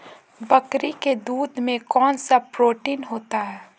बकरी के दूध में कौनसा प्रोटीन होता है?